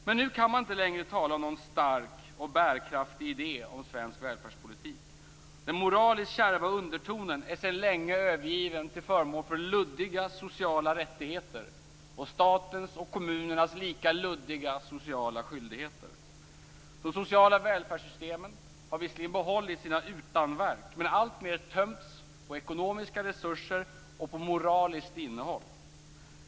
Men nu kan man inte längre tala om någon stark och bärkraftig idé i svensk välfärdspolitik. Den moraliskt kärva undertonen är sedan länge övergiven till förmån för luddiga sociala rättigheter och statens och kommunernas lika luddiga sociala skyldigheter. De sociala välfärdssystemen har visserligen behållit sina utanverk, men alltmer tömts på ekonomiska resurser och moraliskt innehåll.